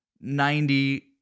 Ninety